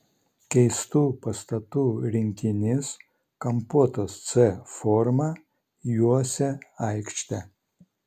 keistų pastatų rinkinys kampuotos c forma juosė aikštę